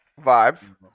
Vibes